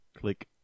click